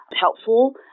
helpful